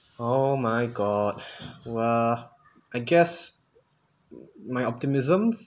oh my god !wah! I guess my optimism